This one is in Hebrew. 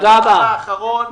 והדבר האחרון,